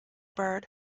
bird